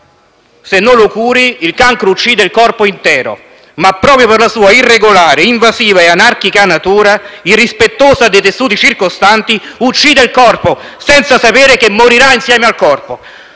Se non lo curi, il cancro uccide il corpo intero, ma proprio per la sua irregolare, invasiva e anarchica natura, irrispettosa dei tessuti circostanti, uccide il corpo senza sapere che morirà insieme ad esso.